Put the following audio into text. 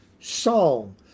song